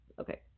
Okay